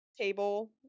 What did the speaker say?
table